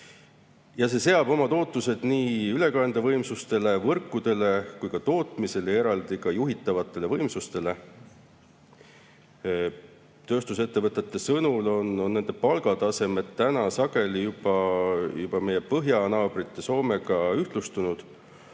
Ja see seab omad ootused nii ülekandevõimsustele, võrkudele kui ka tootmisele ja eraldi ka juhitavatele võimsustele. Tööstusettevõtete kinnitusel on nende palgatasemed suures osas juba meie põhjanaabri Soome omadega ühtlustunud.